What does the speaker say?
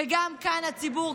גם כאן הציבור,